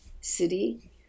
city